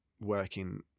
working